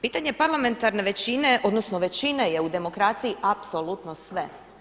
Pitanje parlamentarne većine, odnosno većine je u demokraciji apsolutno sve.